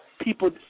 people